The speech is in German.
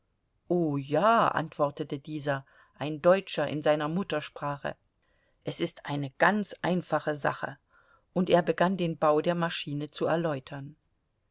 o ja antwortete dieser ein deutscher in seiner muttersprache es ist eine ganz einfache sache und er begann den bau der maschine zu erläutern